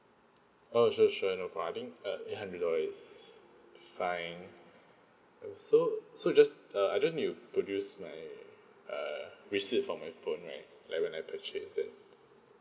oh sure sure no problem I think uh eight hundred dollar is fine uh so so just uh I just need to produce my err receipt from my phone right like when I purchased it